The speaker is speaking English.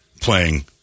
playing